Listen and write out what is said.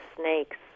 snakes